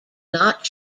not